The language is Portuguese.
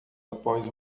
após